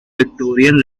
victorian